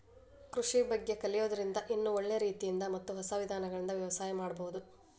ಕೃಷಿ ಬಗ್ಗೆ ಕಲಿಯೋದ್ರಿಂದ ಇನ್ನೂ ಒಳ್ಳೆ ರೇತಿಯಿಂದ ಮತ್ತ ಹೊಸ ವಿಧಾನಗಳಿಂದ ವ್ಯವಸಾಯ ಮಾಡ್ಬಹುದು